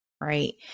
right